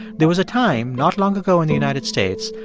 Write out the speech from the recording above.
there was a time, not long ago in the united states,